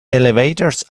elevators